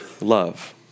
love